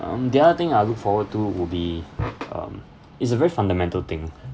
um the other thing I'll look forward to would be um is a very fundamental thing